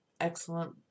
excellent